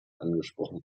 angesprochen